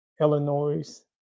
Illinois